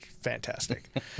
Fantastic